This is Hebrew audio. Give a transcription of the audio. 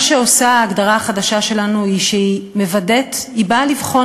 מה שעושה ההגדרה החדשה שלנו הוא שהיא באה לבחון